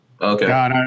Okay